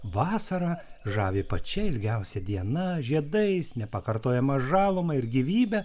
vasara žavi pačia ilgiausia diena žiedais nepakartojama žaluma ir gyvybe